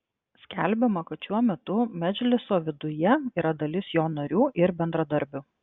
skelbiama kad šiuo metu medžliso viduje yra dalis jo narių ir bendradarbių